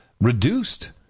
reduced